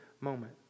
moment